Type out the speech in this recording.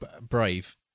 brave